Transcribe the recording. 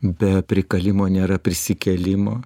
be prikalimo nėra prisikėlimo